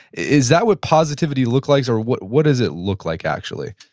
is that what positivity looks like, or what what does it look like, actually?